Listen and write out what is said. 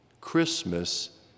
Christmas